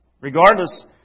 regardless